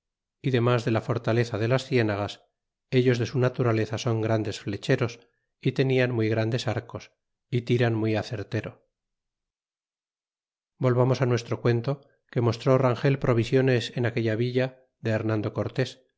y demas de la fortaleza de las cienagas ellos de su naturaleza son grandes flecheros y tenian muy grandes arcos y tiran muy acertero volvamos nuestro cuento que mostró rangel provisiones en aquella villa de hernando cortés